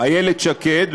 איילת שקד,